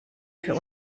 für